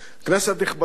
כנסת נכבדה,